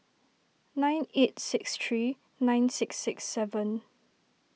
nine eight six three nine six six seven